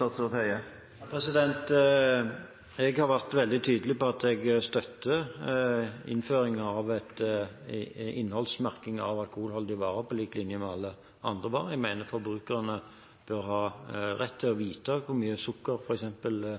Jeg har vært veldig tydelig på at jeg støtter innføring av innholdsmerking av alkoholholdige varer, på lik linje med alle andre varer. Jeg mener forbrukerne bør ha rett til å vite hvor mye sukker, f.eks., også